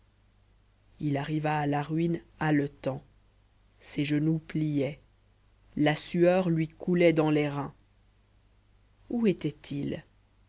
il arriva à la ruine haletant ses genoux pliaient la sueur lui coulait dans les reins où était-il